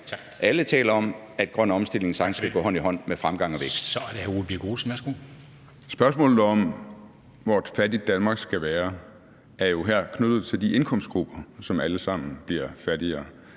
alle taler om, nemlig grøn omstilling, sagtens kan gå hånd i hånd med fremgang og vækst.